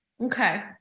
Okay